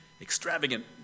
extravagant